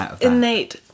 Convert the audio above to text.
innate